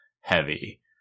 heavy